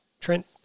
Trent